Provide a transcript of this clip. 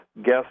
guest